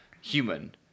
human